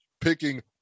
picking